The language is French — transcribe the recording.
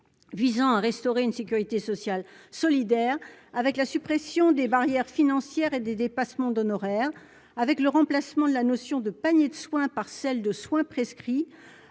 visant à restaurer une sécurité sociale solidaire avec la suppression des barrières financières et des dépassements d'honoraires, avec le remplacement de la notion de panier de soins par celle de soins prescrits